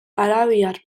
arabiar